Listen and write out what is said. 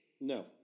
No